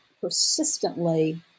persistently